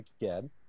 again